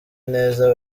neza